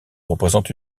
représente